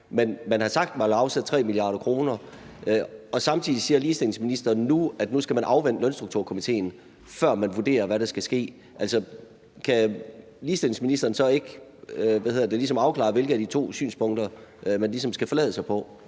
man har sagt, at man vil afsætte 3 mia. kr. – og samtidig siger ligestillingsministeren nu, at man skal afvente Lønstrukturkomitéen, før man vurderer, hvad der skal ske. Kan ligestillingsministeren så ikke ligesom afklare, hvilket af de to synspunkter man skal forlade sig på?